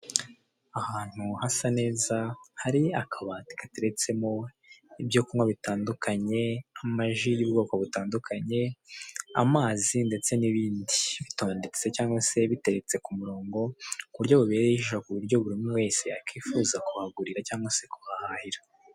Ahantu hasa neza hari akabati gateretsemo ibyo kunywa bitandukanye, nk'amaji y'ubwoko butandukanye amazi ndetse n'ibindi, bitondetse ndetse biteretse ku murongo ku buryo bubereye ijisho, ku buryo buri muntu wese yakifuza kuhagurira cyangwa se kuhahahira.